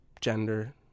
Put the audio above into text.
gender